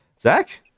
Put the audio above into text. zach